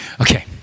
Okay